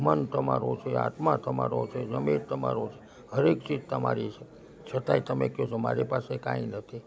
મન તમારો છે આત્મા તમારો છે જમીર તમારો છે દરેક ચીજ તમારી છે છતાંય તમે કહો છો કે મારી પાસે કંઈ નથી